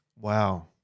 Wow